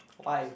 why